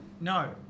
No